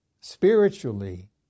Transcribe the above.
spiritually